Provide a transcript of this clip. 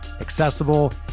accessible